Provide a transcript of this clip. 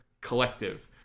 Collective